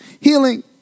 healing